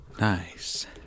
Nice